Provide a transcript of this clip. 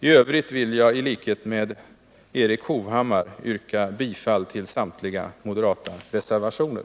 I övrigt vill jag i likhet med Eric Hovhammar yrka bifall till samtliga moderata reservationer.